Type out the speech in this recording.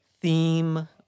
theme